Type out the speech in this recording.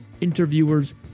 interviewers